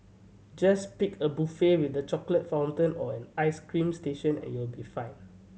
just pick a buffet with the chocolate fountain or an ice cream station and you'll be fine